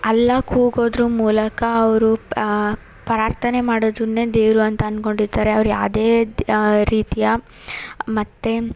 ಅಲ್ಲಾಹ್ ಕೂಗೋದ್ರ ಮೂಲಕ ಅವರು ಪ್ರಾರ್ಥನೆ ಮಾಡೋದನ್ನೇ ದೇವರು ಅಂತ ಅನ್ಕೊಂಡಿದ್ದಾರೆ ಅವ್ರು ಯಾವುದೇ ರೀತಿಯ ಮತ್ತು